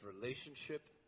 relationship